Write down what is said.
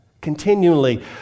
continually